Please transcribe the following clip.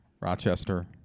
Rochester